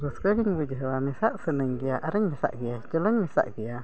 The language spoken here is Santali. ᱨᱟᱹᱥᱠᱟᱹᱜᱤᱧ ᱵᱩᱡᱷᱟᱹᱣᱟ ᱢᱮᱥᱟᱜ ᱥᱟᱱᱟᱧ ᱜᱮᱭᱟ ᱟᱨᱤᱧ ᱢᱮᱥᱟᱜ ᱜᱮᱭᱟ ᱪᱮᱞᱮᱧ ᱢᱮᱥᱟᱜ ᱜᱮᱭᱟ